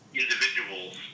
individuals